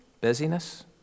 Busyness